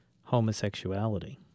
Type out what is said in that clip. homosexuality